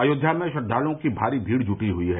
अयोध्या में श्रद्वालओं की भारी भीड़ जुटी है